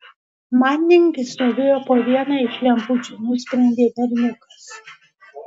manding jis stovėjo po viena iš lempučių nusprendė berniukas